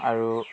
আৰু